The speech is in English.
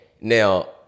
Now